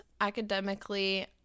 academically